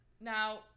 Now